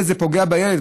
זה פוגע בילד,